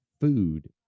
food